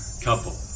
couple